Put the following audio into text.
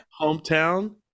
Hometown